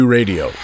Radio